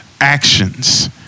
actions